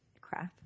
crap